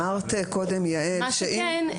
מה שכן,